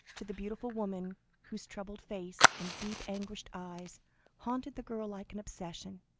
to the beautiful woman whose troubled face and deep, anguished eyes haunted the girl like an obsession,